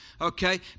okay